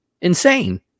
insane